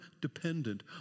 dependent